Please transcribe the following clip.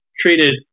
treated